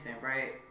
right